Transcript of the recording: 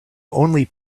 only